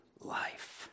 life